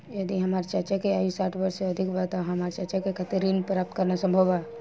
यदि हमार चाचा के आयु साठ वर्ष से अधिक बा त का हमार चाचा के खातिर ऋण प्राप्त करना संभव बा?